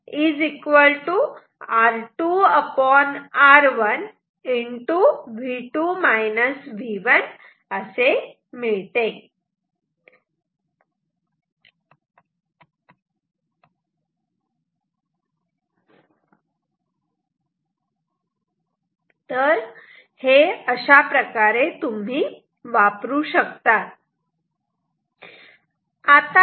Vo k R2R1 हे अशा प्रकारे तुम्ही वापरू शकतात